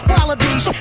Wallabies